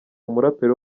umuraperi